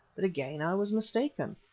but again i was mistaken.